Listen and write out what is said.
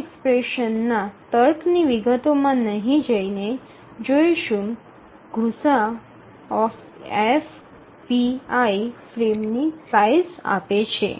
એક્સપ્રેશનના તર્કની વિગતોમાં નહીં જઈને જોઈશું ગુસાઅF pi ફ્રેમની સાઇઝ આપે છે